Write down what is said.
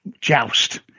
joust